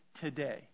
today